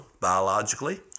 biologically